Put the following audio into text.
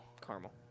caramel